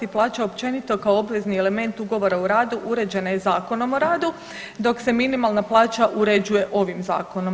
Plaća općenito kao obvezni element ugovora o radu uređena je Zakonom o radu, dok se minimalna plaća uređuje ovim zakonom.